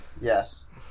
Yes